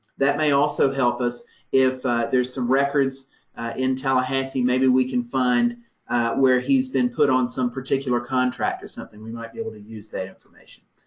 that may also help us if there's some records in tallahassee. maybe we can find where he's been put on some particular contract or something, we might be able to use that information.